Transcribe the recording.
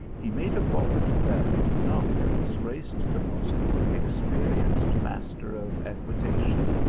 he made a vault that would not have disgraced the most experienced master of equitation,